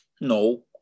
No